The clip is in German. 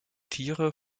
tiere